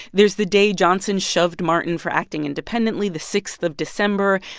there's the day johnson shoved martin for acting independently the sixth of december.